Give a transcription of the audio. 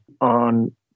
on